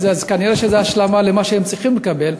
אז כנראה זו השלמה למה שהם צריכים לקבל.